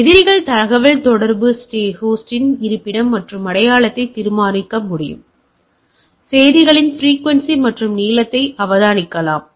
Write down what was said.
எதிரிகள் தகவல்தொடர்பு ஹோஸ்டின் இருப்பிடம் மற்றும் அடையாளத்தை தீர்மானிக்க முடியும் செய்திகளின் பிரிக்குவென்சி மற்றும் நீளத்தை அவதானிக்கலாம்